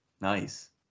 nice